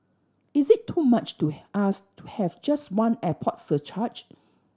is it too much to ask to have just one airport surcharge